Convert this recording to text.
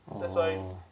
orh